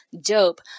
Dope